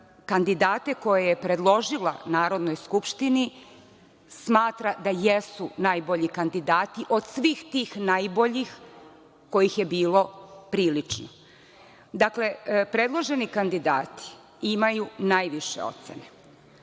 kandidate koje je predložila Narodnoj skupštini, smatra da jesu najbolji kandidati od svih tih najboljih kojih je bilo prilično. Predloženi kandidati imaju najviše ocene.